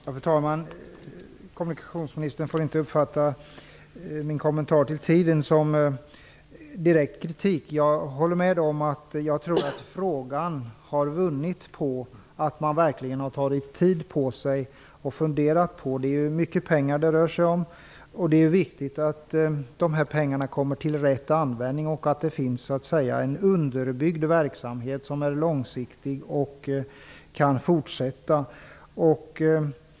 Fru talman! Kommunikationsministern får inte uppfatta min kommentar angående tiden som direkt kritik. Jag håller med om att frågan nog har vunnit på att man verkligen har tagit tid på sig. Det rör ju sig om mycket pengar, och det är viktigt att de här pengarna kommer till rätt användning och att det finns en underbyggd verksamhet som är långsiktig och som kan fortsätta.